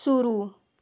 शुरू